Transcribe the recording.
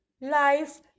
Life